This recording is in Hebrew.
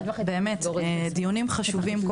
אלה דיונים חשובים.